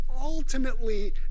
ultimately